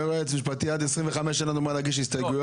אומר היועץ המשפטי שעד סעיף 25 אין לנו מה להגיש הסתייגויות,